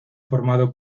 formado